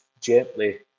gently